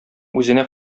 үзенә